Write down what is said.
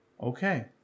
Okay